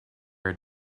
had